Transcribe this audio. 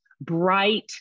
bright